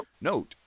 note